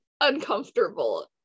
uncomfortable